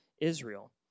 Israel